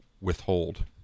withhold